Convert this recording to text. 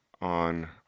on